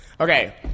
Okay